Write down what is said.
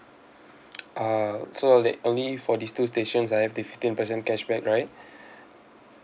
ah so I like only for these two stations I have the fifteen percent cashback right